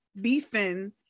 beefing